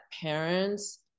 parents